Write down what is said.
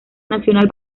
nacional